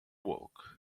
walk